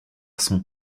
son